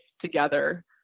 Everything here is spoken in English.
together